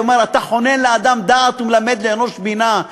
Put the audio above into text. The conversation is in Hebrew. אומרים: "אתה חונן לאדם דעת ומלמד לאנוש בינה",